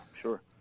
Sure